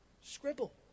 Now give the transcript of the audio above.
Scribble